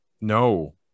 No